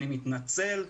אני מתנצל,